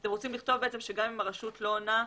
אתם רוצים לכתוב שגם אם הרשות לא עונה?